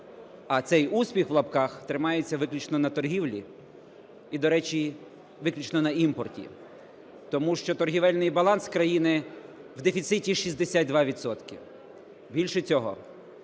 а цей "успіх" (в лапках) тримається виключно на торгівлі і, до речі, виключно на імпорті, тому що торгівельний баланс країни в дефіциті 62 відсотки. Більше цього,